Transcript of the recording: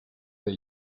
they